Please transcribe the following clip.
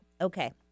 Okay